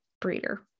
breeder